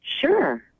sure